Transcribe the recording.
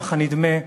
כך נדמה,